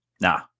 nah